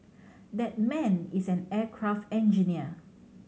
that man is an aircraft engineer